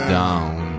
down